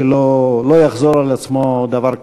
שלא יחזור על עצמו דבר כזה.